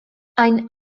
ein